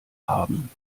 haben